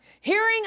hearing